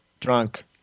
drunk